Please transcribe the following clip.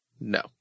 No